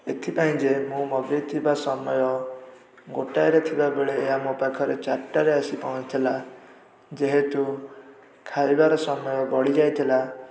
ଏଥିପାଇଁ ଯେ ମୁଁ ମଗେଇଥିବା ସମୟ ଗୋଟାଏରେ ଥିବାବେଳେ ଏହା ମୋ ପାଖରେ ଚାରିଟାରେ ଆସି ପହଞ୍ଚିଥିଲା ଯେହେତୁ ଖାଇବାର ସମୟ ଗଡ଼ି ଯାଇଥିଲା